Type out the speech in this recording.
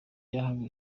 yahaga